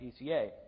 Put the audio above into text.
PCA